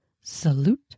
Salute